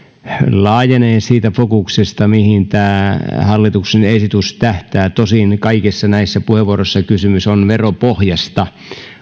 laajenee siitä fokuksesta mihin tämä hallituksen esitys tähtää tosin kaikissa näissä puheenvuoroissa kysymys on veropohjasta